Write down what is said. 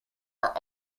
are